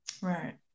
right